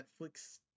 Netflix